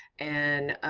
and,